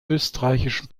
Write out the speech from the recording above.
österreichischen